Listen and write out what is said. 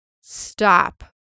stop